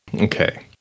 Okay